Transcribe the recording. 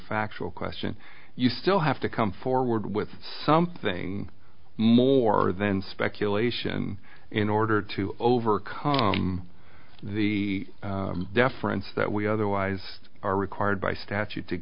factual question you still have to come forward with something more than speculation in order to overcome the deference that we otherwise are required by statute to